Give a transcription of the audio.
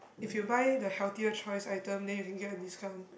if you buy the healthier choice item then you can get a discount